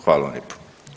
Hvala vam lijepo.